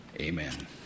amen